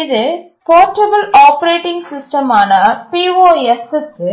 இது portable operating சிஸ்டமான POS க்கு